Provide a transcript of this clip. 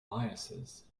biases